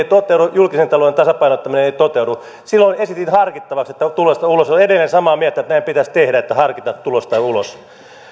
toteudu julkisen talouden tasapainottaminen ei toteudu silloin esitin harkittavaksi että tulos tai ulos olen edelleen samaa mieltä että näin pitäisi tehdä harkita tulos tai ulos